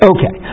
Okay